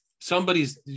somebody's